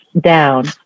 down